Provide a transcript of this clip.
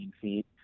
feet